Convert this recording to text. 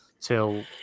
till